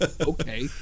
Okay